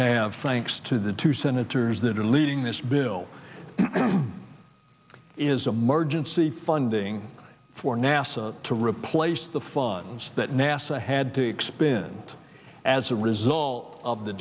thanks to the two senators that are leading this bill is a merge and see funding for nasa to replace the funds that nasa had to expend as a result of the